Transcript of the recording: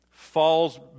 falls